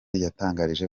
yatangarije